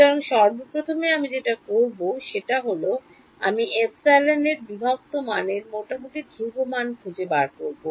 সুতরাং সর্বপ্রথমে আমি যেটা করবো সেটা হলো আমি এফসাইলন এর বিভক্ত মানের মোটামুটি ধ্রুব মান খুঁজে বার করব